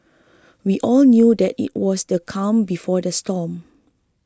we all knew that it was the calm before the storm